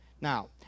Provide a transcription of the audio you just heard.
Now